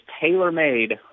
tailor-made